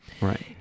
Right